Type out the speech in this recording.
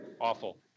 awful